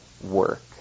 work